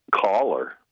Caller